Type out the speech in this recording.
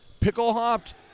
Picklehopped